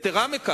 יתירה מזו,